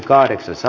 asia